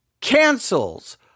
cancels